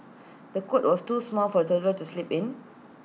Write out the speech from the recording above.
the cot was too small for the toddler to sleep in